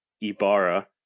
Ibarra